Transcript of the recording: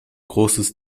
großes